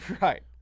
Right